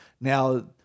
Now